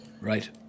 Right